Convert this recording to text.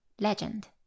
legend